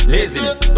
Laziness